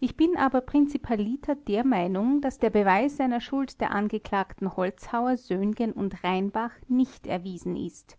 ich bin aber prinzipaliter der meinung daß der beweis einer schuld der angeklagten holzhauer söhngen und rheinbach nicht erwiesen ist